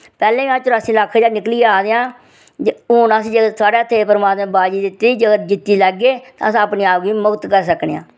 पैह्लें बी अस चौरासी लक्ख चा निकली आए दे आं जे हुन अस जे साढ़े हत्थें परमात्मा बाजी दित्ती जे अगर जित्ती लैगे ते अस अपने आप गी मुक्त करी सकनेआं